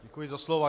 Děkuji za slovo.